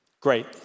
Great